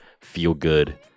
feel-good